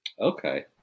Okay